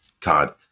Todd